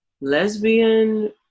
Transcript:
lesbian